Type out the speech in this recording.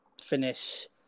finish